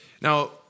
now